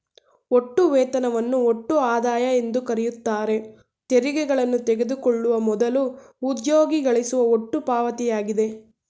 ಒಟ್ಟು ವೇತನವನ್ನು ಒಟ್ಟು ಆದಾಯ ಎಂದುಕರೆಯುತ್ತಾರೆ ತೆರಿಗೆಗಳನ್ನು ತೆಗೆದುಕೊಳ್ಳುವ ಮೊದಲು ಉದ್ಯೋಗಿ ಗಳಿಸುವ ಒಟ್ಟು ಪಾವತಿಯಾಗಿದೆ